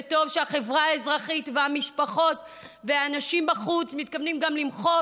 וטוב שהחברה האזרחית והמשפחות והאנשים בחוץ מתכוונים למחות.